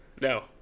No